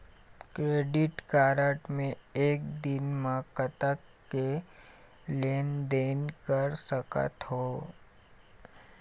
Credit card मे एक दिन म कतक के लेन देन कर सकत हो?